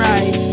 Right